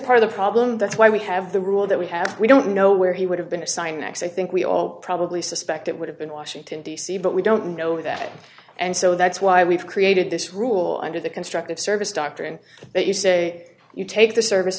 part of the problem that's why we have the rule that we have we don't know where he would have been assigned next i think we all probably suspect it would have been washington d c but we don't know that and so that's why we've created this rule under the constructive service doctrine that you say you take the service